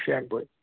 ਜੈਗੁਅਨ